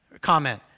comment